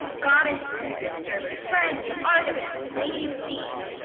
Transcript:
goddess and sister, befriend, artemis, lady of thebes,